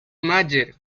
mayer